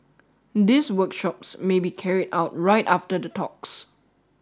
these workshops may be carried out right after the talks